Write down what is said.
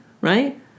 right